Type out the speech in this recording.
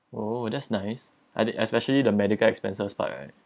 oh that's nice and it and especially the medical expenses part right